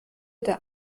der